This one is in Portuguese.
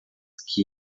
que